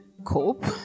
cope